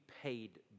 paid